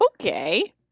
Okay